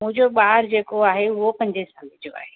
मुंहिंजो ॿार जेको आहे उहो पंजे साल जो आहे